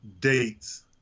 dates